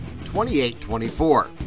28-24